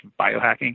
biohacking